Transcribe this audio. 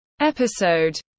episode